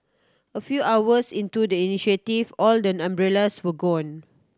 a few hours into the initiative all the umbrellas were gone